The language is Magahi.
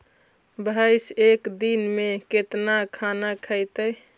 भैंस एक दिन में केतना खाना खैतई?